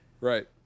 Right